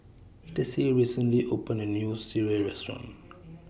Tessie recently opened A New Sireh Restaurant